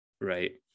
right